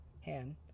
Hand